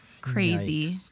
Crazy